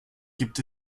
gibt